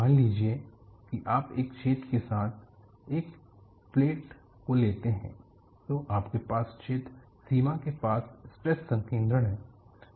मान लीजिए कि आप एक छेद के साथ एक प्लेट का लेते हैं तो आपके पास छेद सीमा के पास स्ट्रेस संकेद्रण है